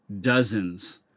dozens